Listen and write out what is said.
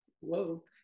Whoa